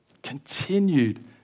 continued